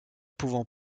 pouvant